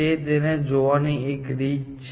તે તેને જોવાની એક રીત છે